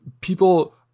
people